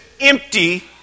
empty